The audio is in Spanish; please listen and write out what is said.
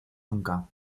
nunca